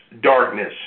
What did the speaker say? darkness